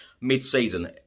mid-season